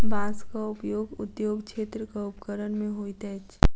बांसक उपयोग उद्योग क्षेत्रक उपकरण मे होइत अछि